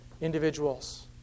individuals